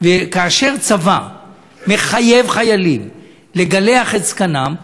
כאשר צבא מחייב חיילים לגלח את זקנם,